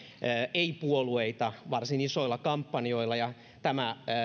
ei puolueita varsin isoilla kampanjoilla ja tämä